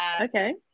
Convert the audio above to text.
okay